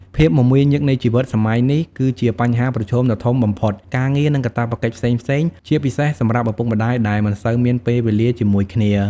ភាពមមាញឹកនៃជីវិតសម័យនេះគឺជាបញ្ហាប្រឈមដ៏ធំបំផុត ការងារ និងកាតព្វកិច្ចផ្សេងៗ ជាពិសេសសម្រាប់ឪពុកម្ដាយដែលមិនសូវមានពេលវេលាជាមួយគ្នា ។